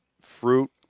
fruit